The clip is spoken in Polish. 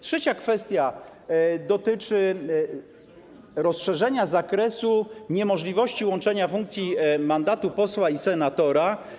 Trzecia kwestia dotyczy rozszerzenia zakresu niemożliwości łączenia funkcji, mandatu posła i senatora.